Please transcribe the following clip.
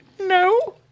No